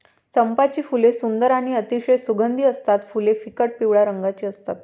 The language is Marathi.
चंपाची फुले सुंदर आणि अतिशय सुगंधी असतात फुले फिकट पिवळ्या रंगाची असतात